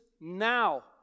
now